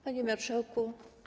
Panie Marszałku!